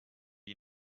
you